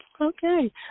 Okay